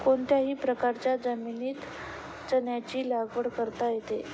कोणत्याही प्रकारच्या जमिनीत चण्याची लागवड करता येते